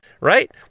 right